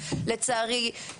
לצערי,